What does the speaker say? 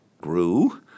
grew